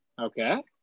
Okay